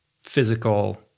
physical